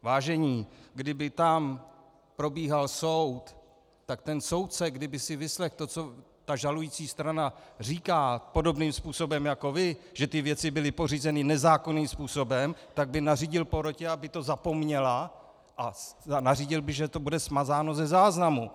Vážení, kdyby tam probíhal soud, tak ten soudce, kdyby si vyslechl to, co ta žalující strana říká podobným způsobem jako vy, že ty věci byly pořízeny nezákonným způsobem, tak by nařídil porotě, aby to zapomněla, a nařídil by, že to bude smazáno ze záznamu.